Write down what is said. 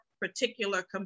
particular